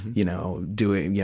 you know, doing, you